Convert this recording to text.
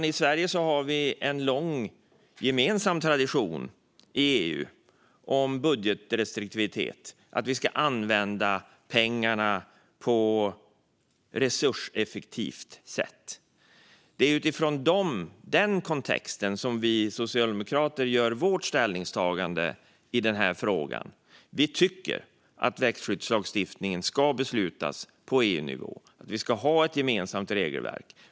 Vi har i Sverige och EU en lång gemensam tradition av budgetrestriktivitet - vi ska använda pengarna på ett resurseffektivt sätt. Det är i den kontexten som vi socialdemokrater gör vårt ställningstagande i den här frågan. Vi tycker att växtskyddslagstiftningen ska beslutas på EU-nivå och att vi ska ha ett gemensamt regelverk.